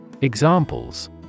Examples